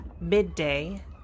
midday